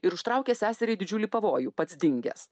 ir užtraukė seseriai didžiulį pavojų pats dingęs